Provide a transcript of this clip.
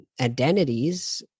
identities